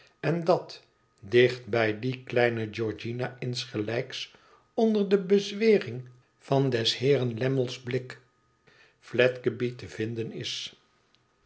en dat dicht bij die kleine georgiana insgelijks onder de bezwering van des heeren lammle's blik fledgeby te vinden is